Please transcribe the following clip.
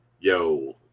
yo